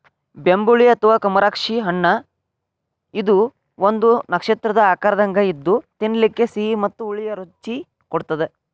ಬೆಂಬುಳಿ ಅಥವಾ ಕಮರಾಕ್ಷಿ ಹಣ್ಣಇದು ಒಂದು ನಕ್ಷತ್ರದ ಆಕಾರದಂಗ ಇದ್ದು ತಿನ್ನಲಿಕ ಸಿಹಿ ಮತ್ತ ಹುಳಿ ರುಚಿ ಕೊಡತ್ತದ